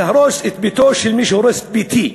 תהרוס את ביתו של מי שהורס את ביתי.